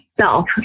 self